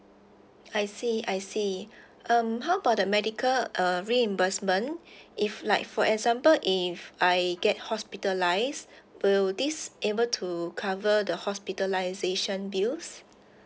I see I see um how about the medical uh reimbursement if like for example if I get hospitalised will this able to cover the hospitalisation bills